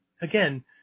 again